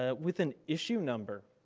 ah with an issue number.